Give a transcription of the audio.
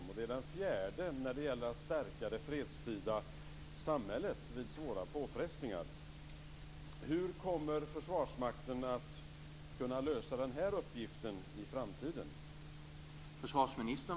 Det är den fjärde som gäller att stärka det fredstida samhället vid svåra påfrestningar. Hur kommer Försvarsmakten att kunna lösa den här uppgiften i framtiden?